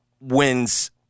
wins